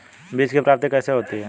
बीज की प्राप्ति कैसे होती है?